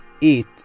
eat